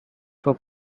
for